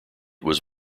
was